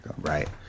Right